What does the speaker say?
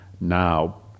Now